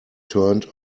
turned